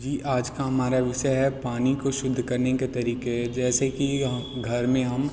जी आज का हमारा विषय है पानी को शुद्ध करने के तरीके जैसे कि घर में हम